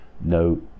no